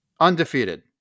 undefeated